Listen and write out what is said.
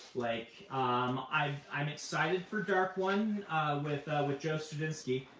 like um i'm i'm excited for dark one with with joe straczynski.